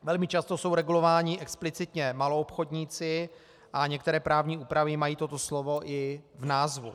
Velmi často jsou regulováni explicitně maloobchodníci a některé právní úpravy mají toto slovo i v názvu.